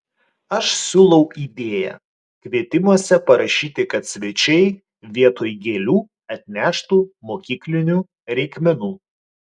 aš siūlau idėją kvietimuose parašyti kad svečiai vietoj gėlių atneštų mokyklinių reikmenų